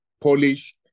polish